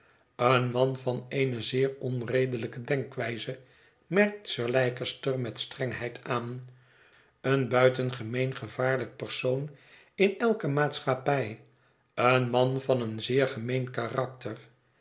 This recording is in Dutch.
een man van eene zeer onredelijke denkwijze merkt sir leicester met strengheid aan een buitengemeen gevaarlijk persoon in elke maatschappij een man van een zeer gemeen karakter